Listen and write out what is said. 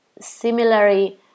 Similarly